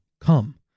Come